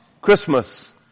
Christmas